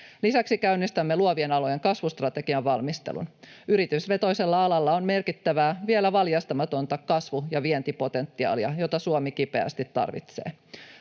Lisäksi käynnistämme luovien alojen kasvustrategian valmistelun. Yritysvetoisella alalla on merkittävää, vielä valjastamatonta kasvu- ja vientipotentiaalia, jota Suomi kipeästi tarvitsee.